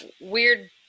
weird